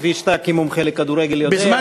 כפי שאתה כמומחה לכדורגל יודע.